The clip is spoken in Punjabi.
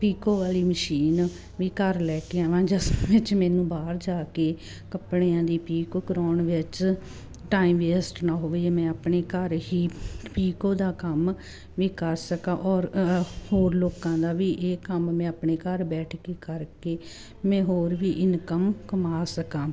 ਪੀਕੋ ਵਾਲੀ ਮਸ਼ੀਨ ਵੀ ਘਰ ਲੈ ਕੇ ਆਵਾਂ ਜਾ ਸੋਹਣੇ ਚ ਮੈਨੂੰ ਬਾਹਰ ਜਾ ਕੇ ਕੱਪੜਿਆਂ ਦੀ ਪੀਕੋ ਕਰਾਉਣ ਵਿੱਚ ਟਾਈਮ ਵੇਸਟ ਨਾ ਹੋਵੇ ਜੇ ਮੈਂ ਆਪਣੇ ਘਰ ਹੀ ਪੀਕੋ ਦਾ ਕੰਮ ਵੀ ਕਰ ਸਕਾਂ ਔਰ ਹੋਰ ਲੋਕਾਂ ਦਾ ਵੀ ਇਹ ਕੰਮ ਮੈਂ ਆਪਣੇ ਘਰ ਬੈਠ ਕੇ ਕਰਕੇ ਮੈਂ ਹੋਰ ਵੀ ਇਨਕਮ ਕਮਾ ਸਕਾ